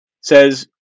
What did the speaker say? says